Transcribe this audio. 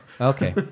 Okay